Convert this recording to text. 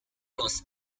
lost